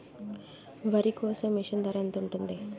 వరి కోసే మిషన్ ధర ఎంత ఉంటుంది?